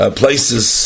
places